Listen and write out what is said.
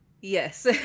Yes